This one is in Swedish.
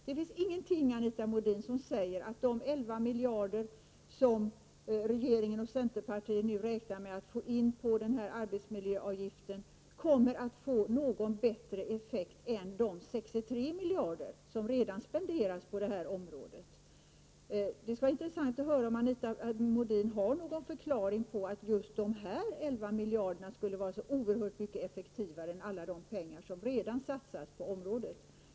Det finns ingenting, Anita Modin, som säger att de 11 miljarder som regeringen och centerpartiet nu räknar med att få in på arbetsmiljöavgiften kommer att få någon bättre effekt än de 63 miljarder som redan spenderas på det här området. Det skulle vara intressant att höra om Anita Modin har någon förklaring till att just de här 11 miljarderna skulle vara så oerhört mycket effektivare än alla de pengar som redan satsas på området.